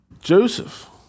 Joseph